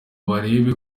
barebe